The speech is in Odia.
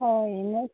ହଉ ଇଲେ